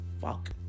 fuck